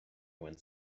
went